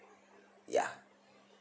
ya